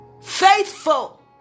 faithful